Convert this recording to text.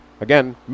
Again